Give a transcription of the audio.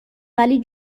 ولی